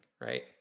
right